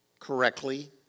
correctly